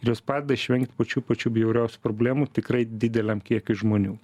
ir jos padeda išvengt pačių pačių bjauriausių problemų tikrai dideliam kiekiui žmonių